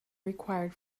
required